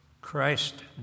Christ